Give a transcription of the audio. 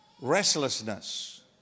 restlessness